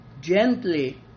gently